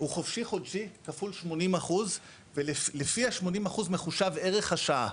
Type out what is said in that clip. חופשי חודשי כפול 80% ולפי ה-80% מחושב ערך השעה.